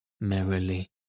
merrily